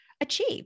achieve